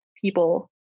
people